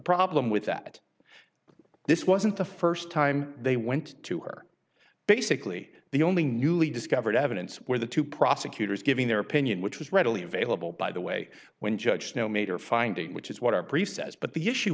problem with that this wasn't the first time they went to her basically the only newly discovered evidence where the two prosecutors giving their opinion which was readily available by the way when judged no mater finding which is what our priest says but the issue